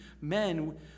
men